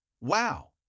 Wow